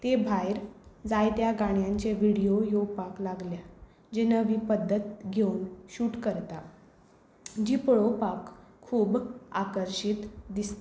ते भायर जायत्या गाणयांचे विडयो येवपाक लागल्या जी नवी पद्दत घेवन शूट करता जी पळोवपाक खूब आकर्शीत दिसता